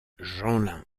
jeanlin